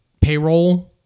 payroll